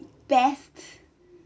best